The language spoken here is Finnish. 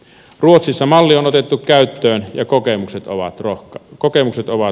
ruotsissa malli on otettu käyttöön ja kokemukset ovat rohkaisevia